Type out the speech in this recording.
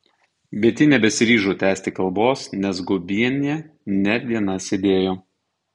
bet ji nebesiryžo tęsti kalbos nes guobienė ne viena sėdėjo